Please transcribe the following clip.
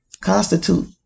constitute